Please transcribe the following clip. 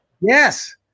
Yes